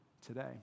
today